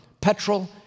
petrol